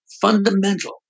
fundamental